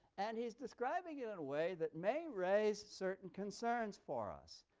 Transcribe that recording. and he's describing it in a way that may raise certain concerns for us.